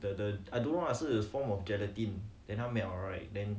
the the I don't lah 是 form of gelatin then 它 melt 了 right then